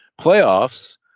Playoffs